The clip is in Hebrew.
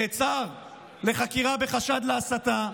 נעצר לחקירה בחשד להסתה,